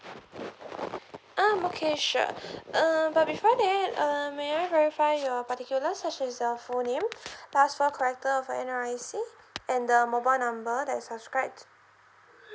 um okay sure uh but before that uh may I verify your particular such as your full name last four character of your N_R_I_C and the mobile number that you subscribed